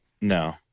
No